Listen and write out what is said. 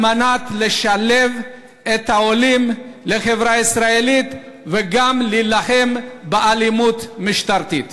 כדי לשלב את העולים בחברה הישראלית וגם להילחם באלימות משטרתית.